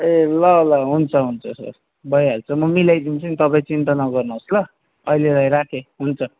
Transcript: ए ल ल हुन्छ हुन्छ सर भइहाल्छ म मिलाइदिन्छु नि तपाईँ चिन्ता नगर्नुहोस् ल अहिलेलाई राखेँ हुन्छ